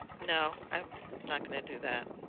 no. i'm not going to do that.